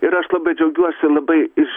ir aš labai džiaugiuosi labai iš